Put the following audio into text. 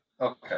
Okay